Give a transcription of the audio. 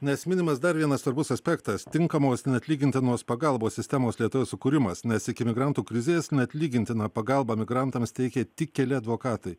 nes minimas dar vienas svarbus aspektas tinkamos neatlygintinos pagalbos sistemos lietuvoje sukūrimas nes iki migrantų krizės neatlygintiną pagalbą migrantams teikė tik keli advokatai